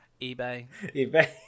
eBay